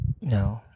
no